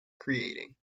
creating